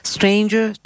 Stranger